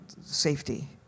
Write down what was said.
safety